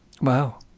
Wow